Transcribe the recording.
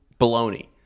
baloney